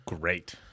Great